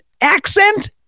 accent